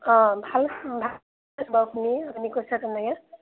অঁ ভাল ভাল বাৰু শুনি আপুনি কৈছে তেনেকৈ